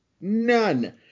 None